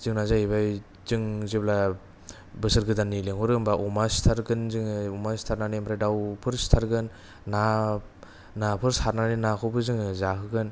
जोंना जायैबाय जों जेब्ला बोसोर गोदाननि लेंहरो होमबा अमा सिथारगोन जोङो अमा सिथारनानै ओमफ्राय दाउफोर सिथारगोन ना नाफोर सारनानै नाखौबो जोङो जाहोगोन